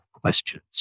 questions